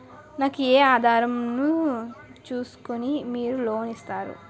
నాకు ఏ ఆధారం ను చూస్కుని మీరు లోన్ ఇస్తారు?